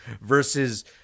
versus